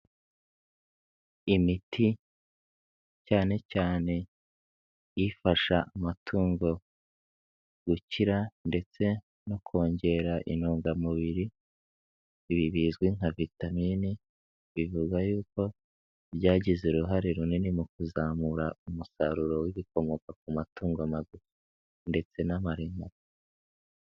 Imiti cyane cyane ifasha amatungo gukira ndetse no kongera intungamubiri, ibi bizwi nka vitamine, bivuga yuko ryagize uruhare runini mu kuzamura umusaruro w'ibikomoka ku matungo magufi ndetse n'amaremare.